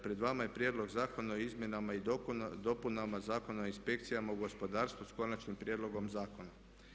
Pred vama je prijedlog Zakona o izmjenama i dopunama zakona o inspekcijama u gospodarstvu s Konačnim prijedlogom zakona.